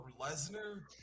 Lesnar